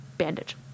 bandage